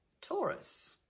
Taurus